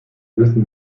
wissen